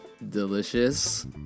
Delicious